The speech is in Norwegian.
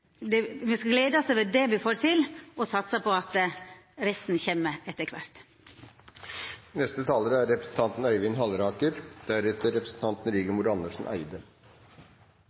eg me skal gleda oss over det me får til, og satsa på at resten kjem etter kvart. Det er